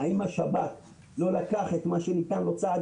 האם השב"כ לא לקח את מה שניתן לו צעד